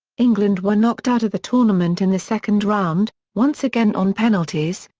england were knocked out of the tournament in the second round, once again on penalties,